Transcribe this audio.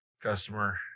Customer